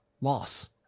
Loss